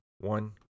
one